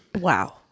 wow